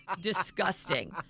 disgusting